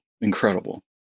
Incredible